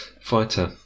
fighter